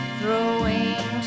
throwing